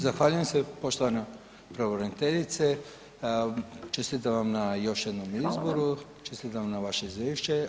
Zahvaljujem se poštovana pravobraniteljice, čestitam vam na još jednom izboru, čestitam vam na vaše izvješće.